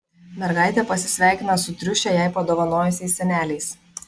mergaitė pasisveikina su triušę jai padovanojusiais seneliais